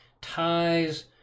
ties